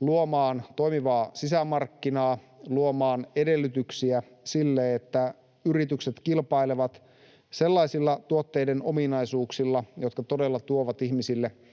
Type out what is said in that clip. luomaan toimivaa sisämarkkinaa, luomaan edellytyksiä sille, että yritykset kilpailevat sellaisilla tuotteiden ominaisuuksilla, jotka todella tuovat ihmisille